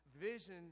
vision